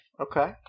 Okay